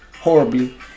horribly